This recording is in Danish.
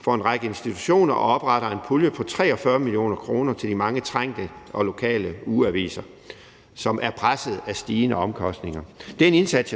for en række institutioner og opretter en pulje på 43 mio. kr. til de mange trængte og lokale ugeaviser, som er presset af stigende omkostninger. Det er en indsats,